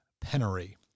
penury